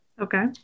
Okay